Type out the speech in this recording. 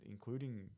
including